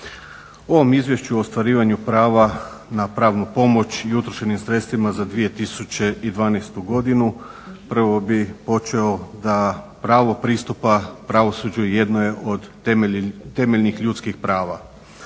ovom Izvješću o ostvarivanju prava na pravnu pomoć i utrošenim sredstvima za 2012. godinu prvo bih počeo da pravo pristupa pravosuđu jedno je od temeljnih ljudskih prava,